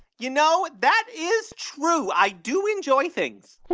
you know, that is true. i do enjoy things